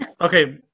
Okay